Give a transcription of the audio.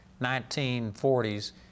1940s